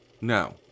No